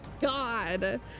God